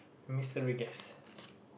mystery guess